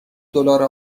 دلار